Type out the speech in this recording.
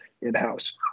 in-house